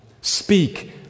Speak